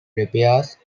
repairs